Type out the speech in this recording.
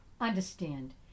Understand